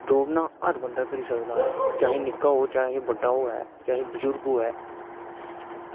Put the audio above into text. दौड़ना हर बंदा करी सकदा चाहे निक्का होग चाहे बड्डा होऐ चाहे बजुर्ग होऐ